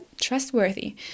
trustworthy